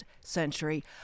century